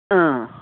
ꯑꯥ